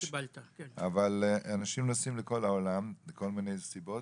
אבל אנשים נוסעים לכל העולם מכל מיני סיבות,